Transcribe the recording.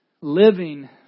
living